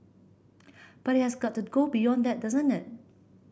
but it has got to go beyond that doesn't it